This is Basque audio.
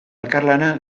elkarlana